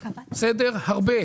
הרבה,